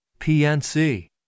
PNC